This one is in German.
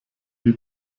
die